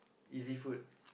easy food